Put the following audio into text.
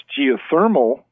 geothermal